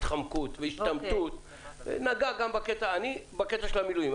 וההתחמקות וההשתמטות נגע גם במילואים.